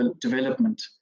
development